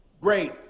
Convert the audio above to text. Great